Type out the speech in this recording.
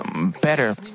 better